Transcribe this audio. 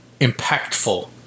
impactful